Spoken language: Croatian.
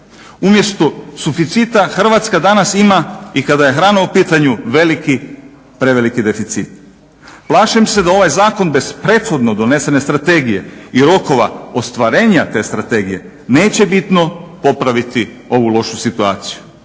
Umjesto suficita Hrvatska danas ima i kada je hrana u pitanju veliki prevelik deficit. Plašim se da ovaj zakon bez prethodno donesene strategije i rokova ostvarenja te strategije neće bitno popraviti ovu lošu situaciju.